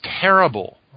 terrible